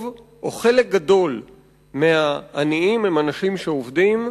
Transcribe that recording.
חלק גדול מהעניים הם אנשים שעובדים,